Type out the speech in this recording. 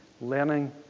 learning